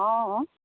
অঁ